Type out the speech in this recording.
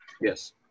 Yes